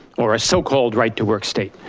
or a so-called right to work state,